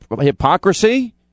hypocrisy